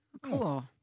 Cool